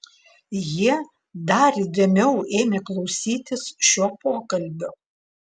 jie dar įdėmiau ėmė klausytis šio pokalbio